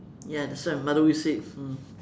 ya that's what my mother always say mm